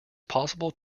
possible